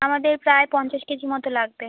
আমাদের প্রায় পঞ্চাশ কেজি মতো লাগবে